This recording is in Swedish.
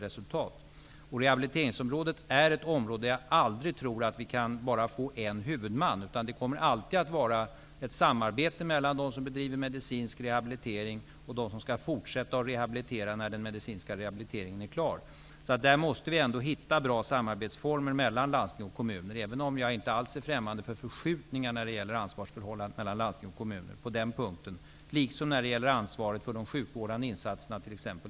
Rehabiliteringsområdet är ett område där jag tror att vi aldrig kommer att kunna få bara en huvudman. Det kommer alltid att vara ett samarbete mellan dem som bedriver medicinsk rehabilitering och dem som skall fortsätta att rehabilitera när den medicinska rehabiliteringen är klar. Där måste vi hitta bra samarbetsformer mellan landsting och kommuner. Jag är inte alls främmande för förskjutningar när det gäller ansvarsförhållandet mellan landsting och kommuner på den punkten, liksom när det gäller ansvaret för de sjukvårdande insatserna på t.ex.